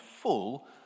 full